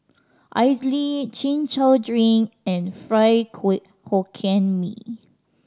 idly Chin Chow drink and fried Hokkien Mee